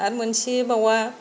आरो मोनसेबावा